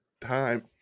time